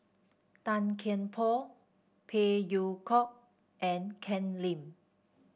Tan Kian Por Phey Yew Kok and Ken Lim